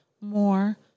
more